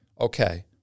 Okay